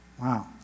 Wow